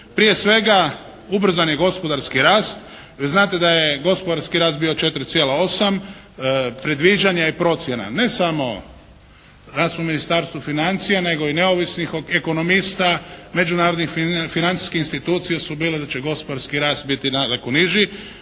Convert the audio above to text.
Prije svega ubrzan je gospodarski rast. Znate da je gospodarski rast bio 4,8. Predviđanja i procjena ne samo rast u Ministarstvu financija nego i neovisnih ekonomista međunarodnih financijskih institucija su bile da će gospodarski rast biti daleko niži.